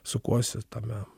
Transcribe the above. sukuosi tame